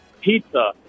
Pizza